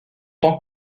tant